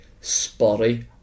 spotty